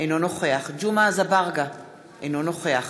אינו נוכח